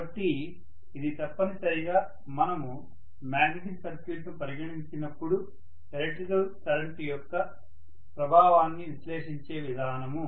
కాబట్టి ఇది తప్పనిసరిగా మనము మాగ్నెటిక్ సర్క్యూట్ను పరిగణించినప్పుడు ఎలక్ట్రిక్ కరెంట్ యొక్క ప్రభావాన్ని విశ్లేషించే విధానం